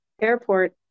airport